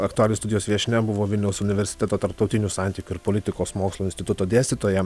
aktualijų studijos viešnia buvo vilniaus universiteto tarptautinių santykių ir politikos mokslų instituto dėstytoja